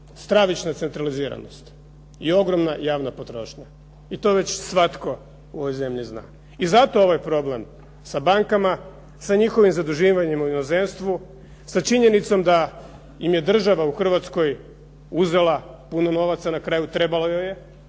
stravična centraliziranost i ogromna javna potrošnja. I to već svatko u ovoj zemlji zna i zato ovaj problem sa bankama, sa njihovim zaduživanjem u inozemstvu, sa činjenicom da im je država u Hrvatskoj uzela puno novaca, na kraju trebalo joj je